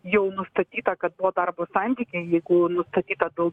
jau nustatyta kad buvo darbo santykiai jeigu nustatyta daug